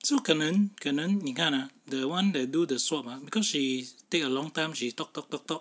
so 可能可能你看 ah the one that do the swab ah because she take a long time she talk talk talk talk